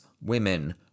women